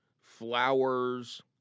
flowers